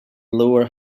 lower